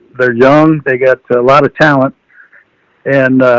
they're young, they got a lot of talent and